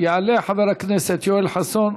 יעלה חבר הכנסת יואל חסון.